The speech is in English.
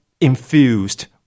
infused